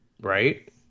Right